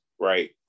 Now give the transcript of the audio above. right